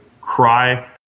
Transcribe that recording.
cry